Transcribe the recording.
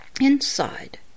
inside